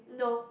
no